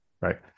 right